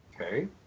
Okay